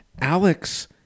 Alex